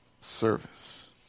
service